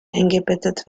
eingebettet